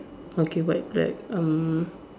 okay white black um